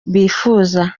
bifuza